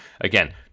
Again